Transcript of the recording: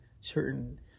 certain